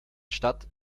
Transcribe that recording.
stadt